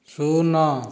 ଶୂନ